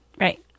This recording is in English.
Right